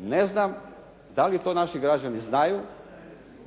Ne znam da li to naši građani znaju